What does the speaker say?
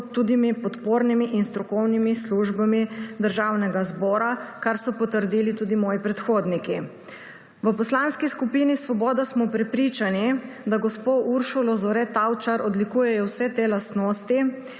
med podpornimi in strokovnimi službami Državnega zbora, kar so potrdili tudi moji predhodniki. V Poslanski skupini Svoboda smo prepričani, da gospo Uršulo Zore Tavčar odlikujejo vse te lastnosti.